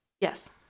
Yes